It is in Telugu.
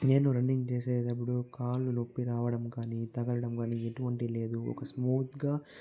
నేను రన్నింగ్ చేసేటప్పుడు కాళ్లు నొప్పి రావడం కానీ తగలడం కానీ ఎటువంటి లేదు ఒక స్మూత్ గా